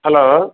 hello